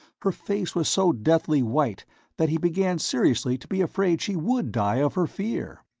her face was so deathly white that he began seriously to be afraid she would die of her fear.